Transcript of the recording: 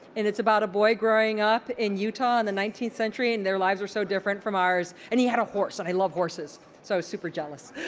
and it's about a boy growing up in utah in the nineteenth century, and their lives were so different from ours. and he had a horse, and i love horses. so super jealous.